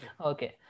Okay